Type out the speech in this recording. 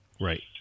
Right